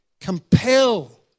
compel